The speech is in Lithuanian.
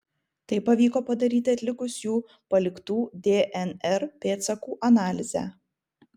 tai pavyko padaryti atlikus jų paliktų dnr pėdsakų analizę